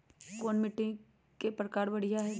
कोन मिट्टी के प्रकार बढ़िया हई?